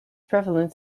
prevalent